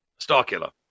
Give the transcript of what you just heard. Starkiller